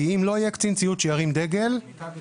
כי אם לא יהיה קצין ציות שירים דגל --- למיטב ידעתי,